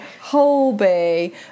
Holby